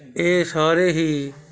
ਇਹ ਸਾਰੇ ਹੀ